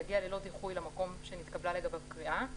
יגיע ללא דיחוי למקום שנתקבלה לגביו קריאה,